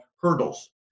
hurdles